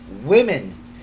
women